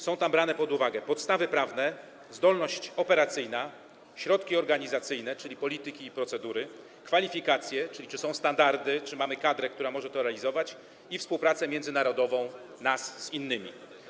Są tam brane pod uwagę podstawy prawne, zdolność operacyjna, środki organizacyjne, czyli polityki i procedury, kwalifikacje, czyli czy są standardy, czy mamy kadrę, która może to realizować, i współpraca międzynarodowa z innymi.